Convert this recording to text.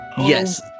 yes